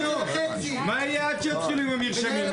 ------ מה יהיה עד שיתחילו עם המרשמים?